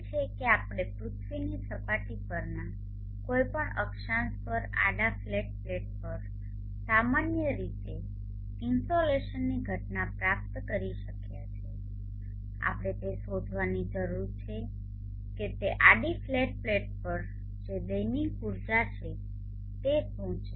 આપેલ છે કે આપણે પૃથ્વીની સપાટી પરના કોઈપણ અક્ષાંશ પર આડા ફ્લેટ પ્લેટ પર સામાન્ય રીતે ઇન્સોલેશનની ઘટના પ્રાપ્ત કરી શક્યા છે આપણે તે શોધવાની જરૂર છે કે તે આડી ફ્લેટ પ્લેટ પર જે દૈનિક ઊર્જા છે તે શું છે